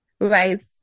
Right